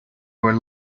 were